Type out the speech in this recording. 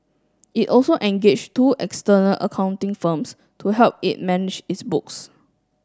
it also engaged two external accounting firms to help it manage its books